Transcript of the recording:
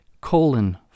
colon